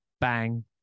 bang